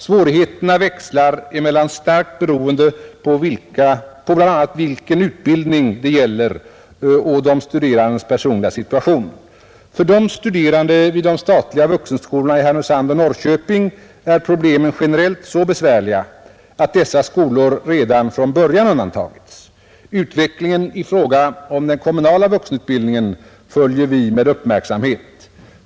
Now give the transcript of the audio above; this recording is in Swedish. Svårigheterna växlar emellertid starkt beroende på bl.a. vilken utbildning det gäller och de studerandes personliga situation. För de studerande vid de statliga vuxenskolorna i Härnösand och Norrköping är problemen generellt så besvärliga att dessa skolor redan från början undantagits. Utvecklingen i fråga om den kommunala vuxenutbildningen följer vi med uppmärksamhet.